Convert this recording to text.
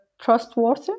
trustworthy